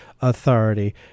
authority